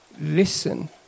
Listen